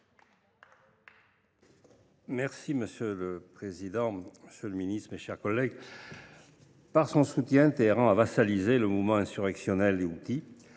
Grand. Monsieur le président, monsieur le secrétaire d’État, mes chers collègues, par son soutien, Téhéran a vassalisé le mouvement insurrectionnel des Houthis.